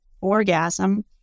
orgasm